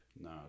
no